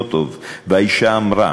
להודיע 60 יום לפני תום כהונתו של הנציב המכהן,